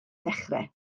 ddechrau